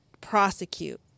prosecute